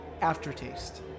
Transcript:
Aftertaste